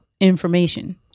information